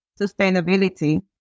sustainability